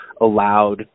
allowed